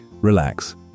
relax